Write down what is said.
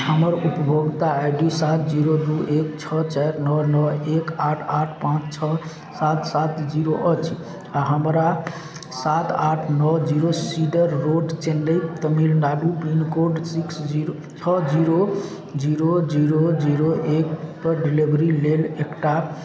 हमर उपभोगता I D सात जीरो दू एक छओ चारि नओ नओ एक आठ आठ पाँच छओ सात सात जीरो अछि आओर हमरा सात आठ नओ zero cedar road Chennai Tamil Nadu pin code six zero छओ जीरो जीरो जीरो जीरो एकपर डिलीवरी लेल एकटा